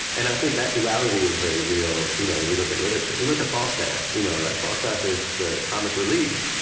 and i think that duality is very real. you know we look at literature you look at falstaff. you know like falstaff is the comic relief,